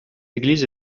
église